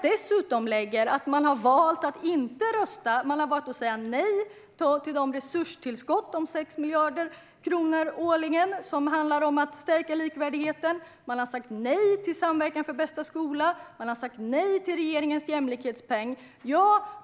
Dessutom har man valt att säga nej till de resurstillskott om 6 miljarder kronor årligen som syftar till att stärka likvärdigheten. Man har sagt nej till Samverkan för bästa skola. Man har sagt nej till regeringens jämlikhetspeng.